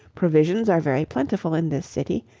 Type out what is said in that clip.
provisions are very plentiful in this city,